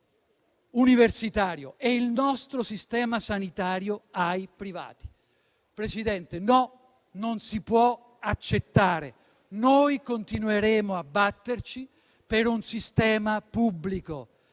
il nostro sistema universitario e il nostro Sistema sanitario ai privati. Signor Presidente, no, non si può accettare. Noi continueremo a batterci per un sistema pubblico,